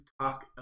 talk